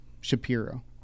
shapiro